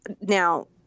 Now